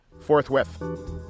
Forthwith